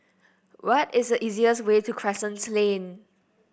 what is the easiest way to Crescent Lane